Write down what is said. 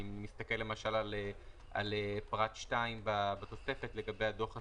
אני מסתכל למשל על פרט 2 בתוספת לגבי הדוח הסופי.